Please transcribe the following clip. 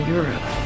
Europe